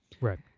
Right